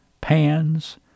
pans